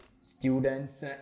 students